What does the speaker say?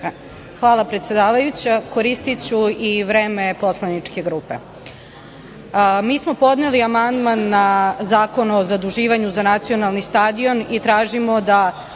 Hvala, predsedavajuća. Koristiću i vreme poslaničke grupe. Mi smo podneli amandman na Zakon o zaduživanju za nacionalni stadion i tražimo da